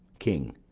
king.